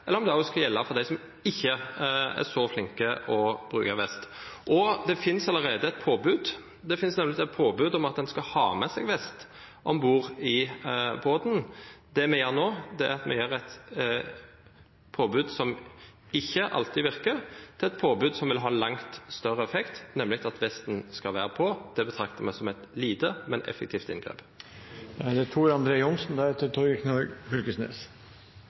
eller om det også skal gjelde for dem som ikke er så flinke til å bruke vest. Det finnes allerede et påbud, nemlig påbudet om at en skal ha med seg vest om bord i båten. Det vi gjør nå, er at vi gjør et påbud som ikke alltid virker, til et påbud som vil ha langt større effekt, nemlig at vesten skal være på. Det betrakter vi som et lite, men effektivt inngrep. Det er